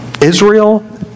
Israel